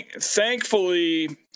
thankfully